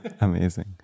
Amazing